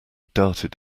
darted